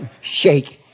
Shake